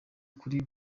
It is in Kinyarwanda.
kuri